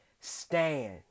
Stand